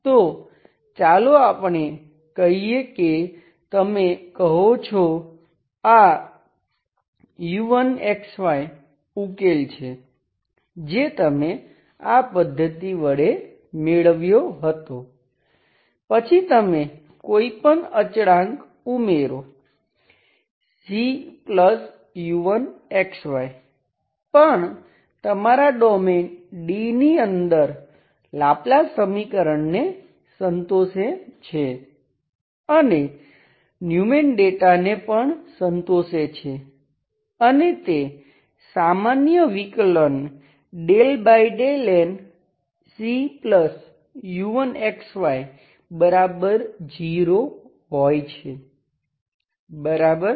તો ચાલો આપણે કહીએ કે તમે કહો છો આ u1 ઉકેલ છે જે તમે આ પદ્ધતિ વડે મેળવ્યો હતો પછી તમે કોઈપણ અચળાંક ઉમેરો Cu1 પણ તમારા ડોમેઈન D ની અંદર લાપ્લાસ સમીકરણને સંતોષે છે અને ન્યુમેન ડેટાને પણ સંતોષે છે અને તે સામાન્ય વિકલન ∂nCu1xy0 હોય છે બરાબર